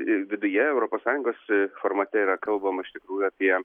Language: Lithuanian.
ir viduje europos sąjungos formate yra kalbama iš tikrųjų apie